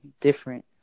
different